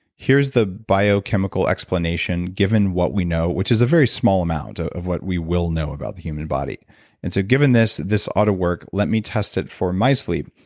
here's the biochemical explanation given what we know, which is a very small amount of what we will know about the human body and so given this, this auto work, let me test is for my sleep.